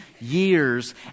years